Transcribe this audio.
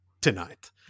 tonight